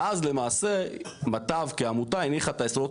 ואז למעשה מטב כעמותה הניחה את היסודות